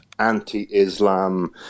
anti-Islam